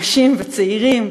נשים וצעירים,